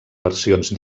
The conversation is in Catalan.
versions